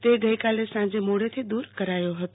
તે ગઈકાલે સાંજે મોડેથી દુર કરાયો હતો